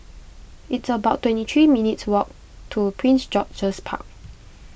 it's about twenty three minutes' walk to Prince George's Park